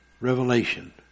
revelation